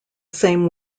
same